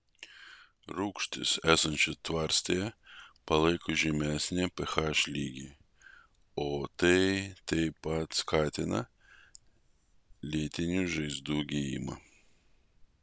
rūgštys esančios tvarstyje palaiko žemesnį ph lygį o tai taip pat skatina lėtinių žaizdų gijimą